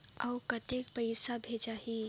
अउ कतेक पइसा भेजाही?